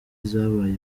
zabaye